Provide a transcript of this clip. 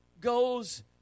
goes